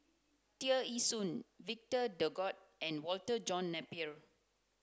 Tear Ee Soon Victor Doggett and Walter John Napier